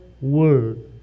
word